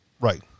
Right